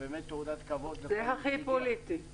זה באמת תעודת כבוד --- זה הכי פוליטי.